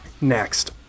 Next